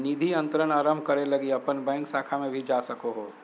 निधि अंतरण आरंभ करे लगी अपन बैंक शाखा में भी जा सको हो